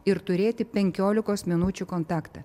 ir turėti penkiolikos minučių kontaktą